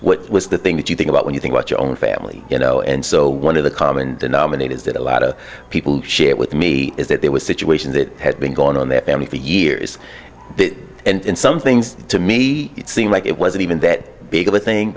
what was the thing that you think about when you think about your own family you know and so one of the common denominator is that a lot of people share with me is that there was a situation that had been going on their family for years and some things to me it seemed like it wasn't even that big of a thing